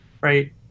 right